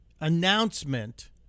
announcement